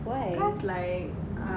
why